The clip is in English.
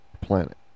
planet